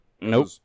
Nope